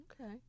Okay